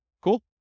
Cool